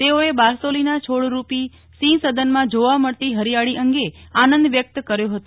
તેઓએ બારસોલીના છોડ રોપી સિંહ સદનમાં જોવા મળતી હરીયાળી અંગે આનંદ વ્યક્ત કર્યો હતો